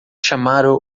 chamaram